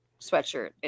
sweatshirt